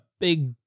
big